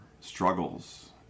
struggles